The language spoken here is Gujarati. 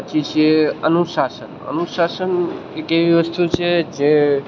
પછી છે અનુશાસન અનુશાસન એક એવી વસ્તુ છે જે